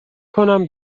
کنم